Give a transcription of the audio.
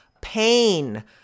pain